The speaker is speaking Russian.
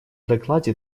докладе